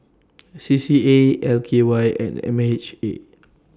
C C A L K Y and M H A